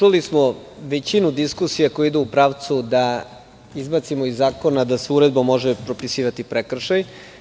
Čuli smo većinu diskusija koje idu u pravcu da izbacimo iz zakona da se uredbom može propisivati prekršaj.